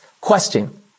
Question